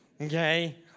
Okay